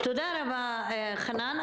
תודה רבה, חנן.